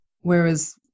Whereas